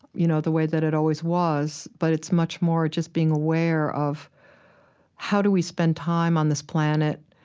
you know, the way that it always was, but it's much more just being aware of how do we spend time on this planet,